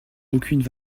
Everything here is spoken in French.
aucunes